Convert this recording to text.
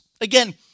Again